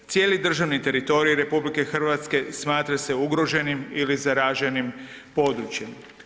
Cijeli državni teritorij RH smatra se ugroženim ili zaraženim područjem.